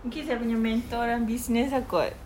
mungkin saya punya mentor dalam business lah kot